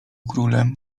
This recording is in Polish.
królem